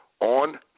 on